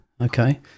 okay